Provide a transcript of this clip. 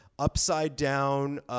Upside-down